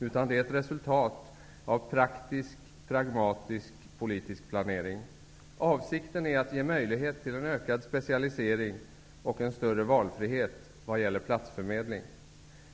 utan ett resultat av praktisk, pragmatisk politisk planering. Avsikten är att ge möjlighet till en ökad specialisering och en större valfrihet vad gäller platsförmedling.